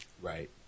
Right